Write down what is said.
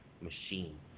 machine